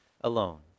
alone